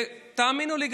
ותאמינו לי,